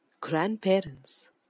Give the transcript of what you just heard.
grandparents